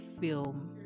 film